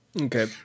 Okay